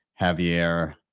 Javier